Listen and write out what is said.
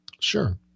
Sure